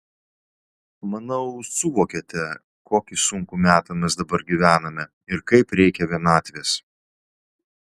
manau suvokiate kokį sunkų metą mes dabar gyvename ir kaip reikia vienatvės